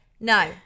No